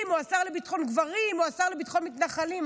או השר לביטחון גברים או השר לביטחון מתנחלים?